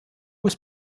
was